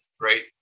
right